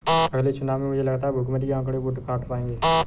अगले चुनाव में मुझे लगता है भुखमरी के आंकड़े वोट काट पाएंगे